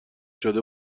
شده